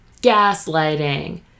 gaslighting